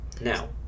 Now